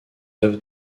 œuvres